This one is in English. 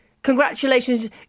congratulations